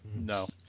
No